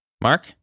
Mark